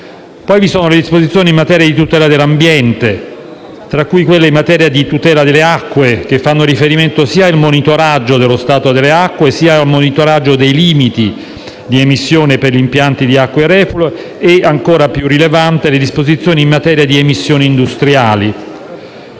Poi vi sono disposizioni in materia di tutela dell'ambiente, tra cui quelle in materia di tutela delle acque, che fanno riferimento sia al monitoraggio dello stato delle acque, sia al monitoraggio dei limiti di emissione per gli impianti di acque reflue e, ancora più rilevanti, le disposizioni in materia di emissioni industriali.